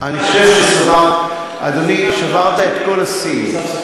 אני חושב, אדוני, שברת את כל השיאים.